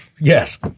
Yes